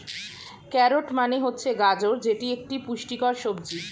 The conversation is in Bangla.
ক্যারোট মানে হচ্ছে গাজর যেটি একটি পুষ্টিকর সবজি